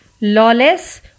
Lawless